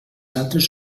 altres